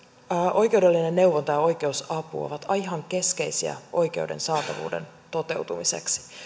oikeudellinen neuvonta ja oikeusapu ovat ihan keskeisiä oikeuden saatavuuden toteutumiseksi